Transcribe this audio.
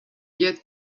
get